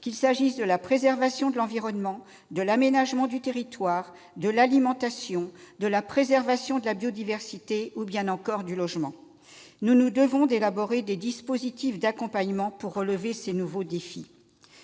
qu'il s'agisse de la préservation de l'environnement, de l'aménagement du territoire, de l'alimentation, de la préservation de la biodiversité, ou encore du logement. Nous nous devons d'élaborer des dispositifs d'accompagnement pour relever ces nouveaux défis.